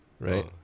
right